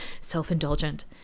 self-indulgent